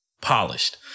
polished